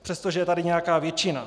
Přestože je tady nějaká většina.